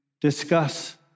discuss